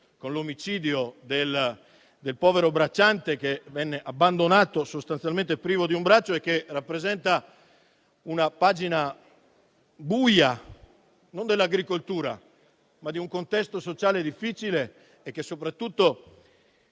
con l'omicidio del povero bracciante abbandonato sostanzialmente privo di un braccio, che rappresenta una pagina buia non dell'agricoltura, ma di un contesto sociale difficile, che soprattutto